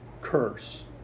curse